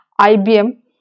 ibm